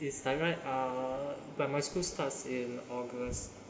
it's that right uh but my school starts in august